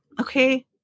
okay